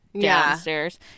downstairs